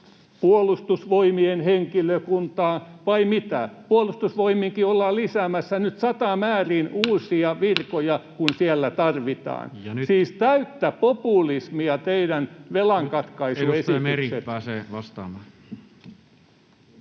puolustusvoimien henkilökuntaa vai mitä? Puolustusvoimiinkin ollaan lisäämässä nyt satamäärin uusia virkoja, kun siellä tarvitaan. Siis täyttä populismia teidän velankatkaisuesityksenne.